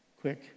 quick